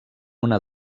una